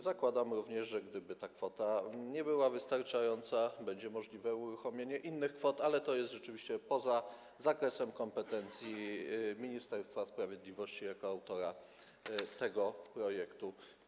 Zakładamy również, że gdyby ta kwota nie była wystarczająca, będzie możliwe uruchomienie innych kwot, ale to jest rzeczywiście poza zakresem kompetencji Ministerstwa Sprawiedliwości jako autora tego projektu.